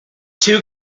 two